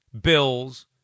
Bills